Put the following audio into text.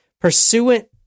Pursuant